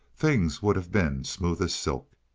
things would have been smooth as silk.